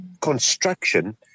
construction